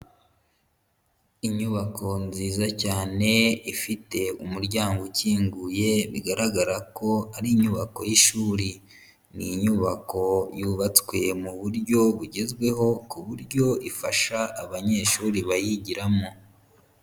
Inyubako nziza cyane ifite umuryango ukinguye, bigaragara ko ari inyubako y'ishuri. Ni inyubako yubatswe mu buryo bugezweho ku buryo ifasha abanyeshuri bayigiramo.